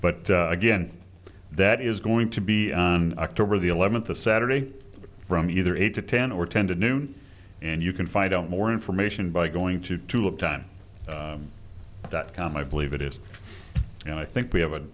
but again that is going to be on october the eleventh a saturday from either eight to ten or ten to noon and you can find out more information by going to to look time dot com i believe it is and i think we have a